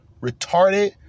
retarded